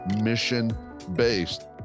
mission-based